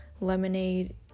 lemonade